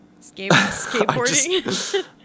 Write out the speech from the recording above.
skateboarding